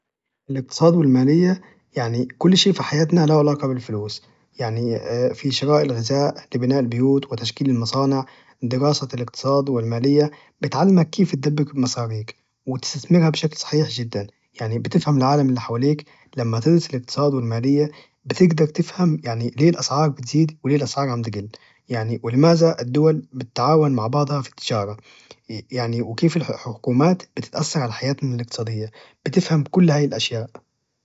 الاقتصاد والمالية يعني كل شي في حياتنا له علاقة بالفلوس يعني في شراء الغذاء لبناء البيوت وتشكيل المصانع دراسة الاقتصاد والمالية بتعلمك كيف تدبر مصاريك وتستثمرها بشكل صحيح جدا يعني بتفهم العالم اللي حواليك لما تدرس الاقتصاد والمالية يتجدر تفهم يعني ليه الأسعار بتزيد وليه الأسعار عم تجل يعني ولماذا الدول بتتعاون مع بعضها في التجارة يعني وكيف الحكومات بتأثر على حياتنا الاقتصادية بتفهم كل هي الأشياء